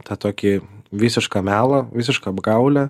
tą tokį visišką melą visišką apgaulę